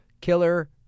killer